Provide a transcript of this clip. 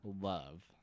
love